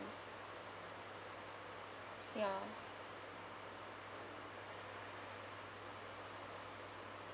ya